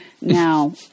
Now